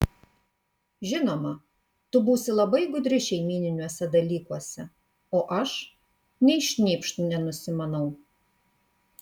žinoma tu būsi labai gudri šeimyniniuose dalykuose o aš nei šnypšt nenusimanau